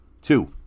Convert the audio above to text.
Two